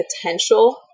potential